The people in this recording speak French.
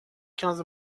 quinze